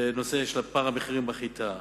ונושא של פער המחירים בחיטה,